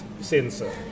sensor